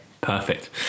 Perfect